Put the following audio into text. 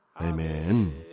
Amen